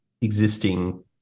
existing